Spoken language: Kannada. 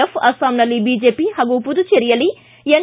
ಎಫ್ ಅಸ್ಸಾಂನಲ್ಲಿ ಬಿಜೆಪಿ ಹಾಗೂ ಮದುಚೇರಿಯಲ್ಲಿ ಎನ್